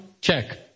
check